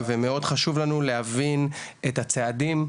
מאוד חשוב לנו להבין את הצעדים,